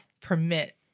permit